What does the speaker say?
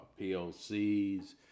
PLCs